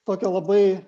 tokią labai